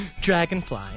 dragonfly